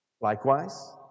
Likewise